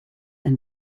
and